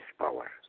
power